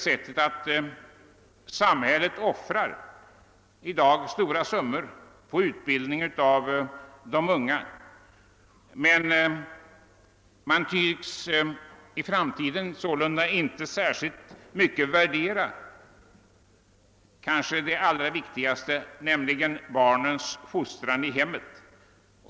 Samhället offrar i dag stora summor på utbildning av de unga, men man tycks inte särskilt mycket värdera det kanske allra viktigaste, nämligen barnens fostran i hemmet.